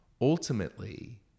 Ultimately